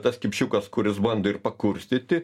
tas kipšiukas kuris bando ir pakurstyti